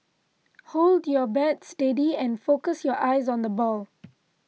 hold your bat steady and focus your eyes on the ball